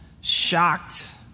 shocked